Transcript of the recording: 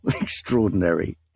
extraordinary